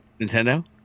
Nintendo